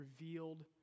revealed